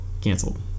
Canceled